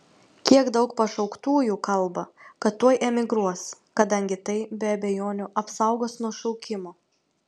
kiek daug pašauktųjų kalba kad tuoj emigruos kadangi tai be abejonių apsaugos nuo šaukimo